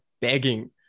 begging